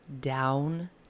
down